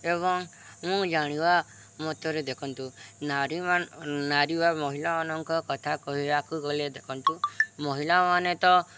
ଏବଂ ମୁଁ ଜାଣିବା ମତରେ ଦେଖନ୍ତୁ ନାରୀମାନ ନାରୀ ବା ମହିଳାମାନଙ୍କ କଥା କହିବାକୁ ଗଲେ ଦେଖନ୍ତୁ ମହିଳାମାନେ ତ